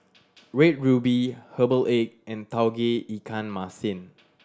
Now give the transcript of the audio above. Red Ruby herbal egg and Tauge Ikan Masin